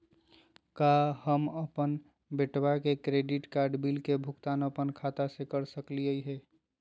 का हम अपन बेटवा के क्रेडिट कार्ड बिल के भुगतान अपन खाता स कर सकली का हे?